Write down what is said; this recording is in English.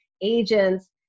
agents